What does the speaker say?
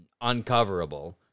uncoverable